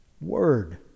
Word